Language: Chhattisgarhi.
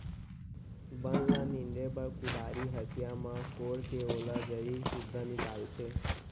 बन ल नींदे बर कुदारी, हँसिया म कोड़के ओला जरी सुद्धा निकालथें